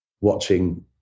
watching